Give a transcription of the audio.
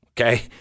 okay